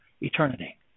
Eternity